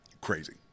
crazy